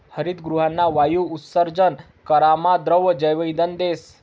हरितगृहना वायु उत्सर्जन करामा द्रव जैवइंधन देस